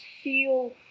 feel